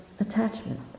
attachment